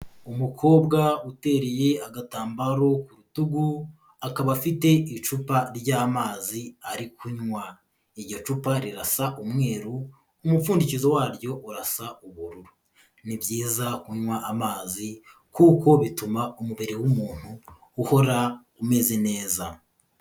Umukobwa utereye agatambaro ku rutugu akaba afite icupa ry'amazi ari kunywa, iryo cupa rirasa umweru umupfundikizo waryo urasa ubururu, ni byiza kunywa amazi kuko bituma umubiri w'umuntu uhora umeze neza.